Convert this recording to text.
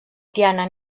tiana